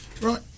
right